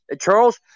Charles